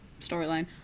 storyline